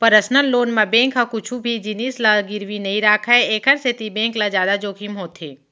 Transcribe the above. personal loan म bank ह कुछु भी जिनिस ल गिरवी नइ राखय एखर सेती बेंक ल जादा जोखिम होथे